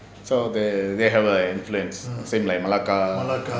so they they have a influence same like malacca